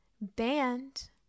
band